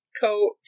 coat